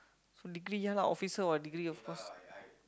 so degree ya lah officer what degree of course